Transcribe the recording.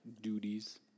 duties